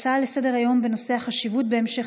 הצעות לסדר-היום בנושא: החשיבות בהמשך